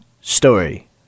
story